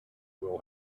will